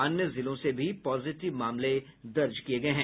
अन्य जिलों से भी पॉजिटिव मामले दर्ज किये गये हैं